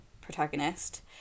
protagonist